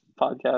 podcast